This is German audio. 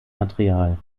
material